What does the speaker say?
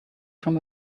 from